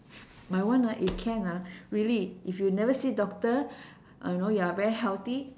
my one ah if can ah really if you never see doctor uh you know you're very healthy